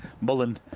Mullen